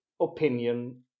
opinion